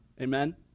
Amen